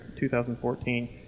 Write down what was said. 2014